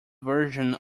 version